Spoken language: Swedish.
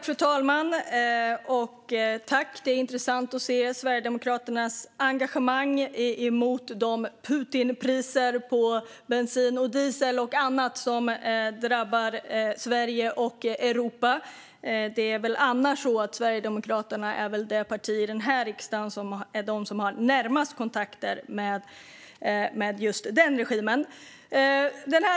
Fru talman! Det är intressant att se Sverigedemokraternas engagemang mot de Putinpriser på bensin, diesel och annat som drabbar Sverige och Europa. Sverigedemokraterna är väl annars det parti i denna riksdag som har närmast kontakter med just den regimen.